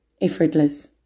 effortless